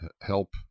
Help